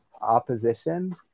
opposition